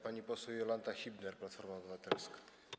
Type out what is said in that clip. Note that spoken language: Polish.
Pani poseł Jolanta Hibner, Platforma Obywatelska.